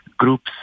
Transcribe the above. groups